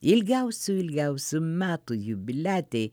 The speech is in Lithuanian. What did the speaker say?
ilgiausių ilgiausių metų jubiliatei